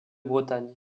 bretagne